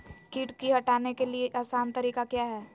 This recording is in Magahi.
किट की हटाने के ली आसान तरीका क्या है?